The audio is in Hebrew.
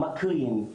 המקרין,